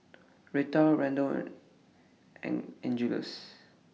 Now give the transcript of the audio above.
Reta Randall and Angeles